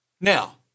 Now